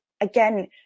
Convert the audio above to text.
again